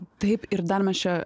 taip ir dar mes čia